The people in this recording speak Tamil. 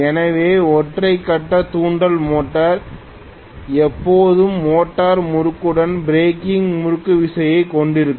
எனவே ஒற்றை கட்ட தூண்டல் மோட்டார் எப்போதும் மோட்டார் முறுக்குடன் பிரேக்கிங் முறுக்குவிசை கொண்டிருக்கும்